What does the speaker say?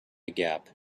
gap